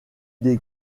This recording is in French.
des